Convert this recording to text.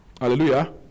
Hallelujah